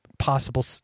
possible